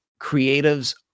creatives